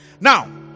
Now